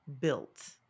built